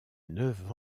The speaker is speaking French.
neuf